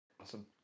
awesome